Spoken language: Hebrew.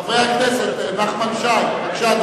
חבר הכנסת נחמן שי, בבקשה,